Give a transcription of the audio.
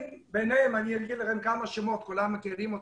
אני אציין בפניכם כמה שמות שכולם מכירים אותם,